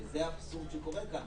וזה האבסורד שקורה כאן.